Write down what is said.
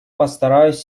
постараюсь